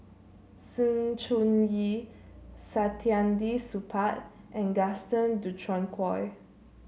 Sng Choon Yee Saktiandi Supaat and Gaston Dutronquoy